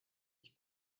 ich